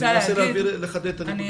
אחדד.